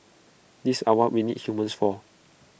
these are what we need humans for